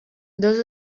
dos